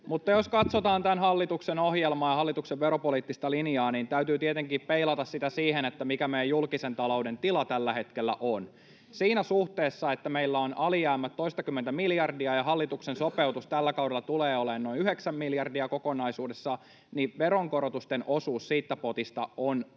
Mutta jos katsotaan tämän hallituksen ohjelmaa ja hallituksen veropoliittista linjaa, niin täytyy tietenkin peilata sitä siihen, mikä meidän julkisen talouden tila tällä hetkellä on. Siinä suhteessa, että meillä on alijäämä toistakymmentä miljardia ja hallituksen sopeutus tällä kaudella tulee olemaan noin yhdeksän miljardia kokonaisuudessaan, veronkorotusten osuus siitä potista on